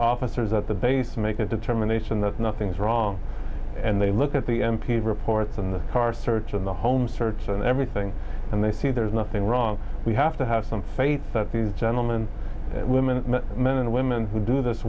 officers at the base make a determination that nothing's wrong and they look at the m p reports and the car search on the home search and everything and they see there's nothing wrong we have to have some faith that these gentlemen women and men and women who do this